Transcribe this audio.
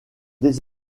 comme